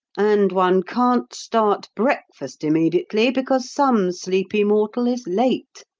and one can't start breakfast immediately, because some sleepy mortal is late.